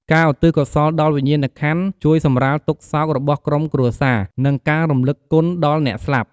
ការឧទ្ទិសកុសលដល់វិញ្ញាណក្ខន្ធ ជួយសម្រាលទុក្ខសោករបស់ក្រុមគ្រួសារ និង ការរំលឹកគុណ ដល់អ្នកស្លាប់។